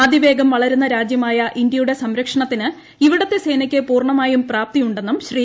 അതിവേഗം വളരുന്ന രാജ്യമായ ഇന്ത്യയുടെ സംരക്ഷണത്തിന് ഇവിടുത്തെ സേനയ്ക്ക് പൂർണമായും പ്രാപ്തിയുണ്ടെന്നും ശ്രീ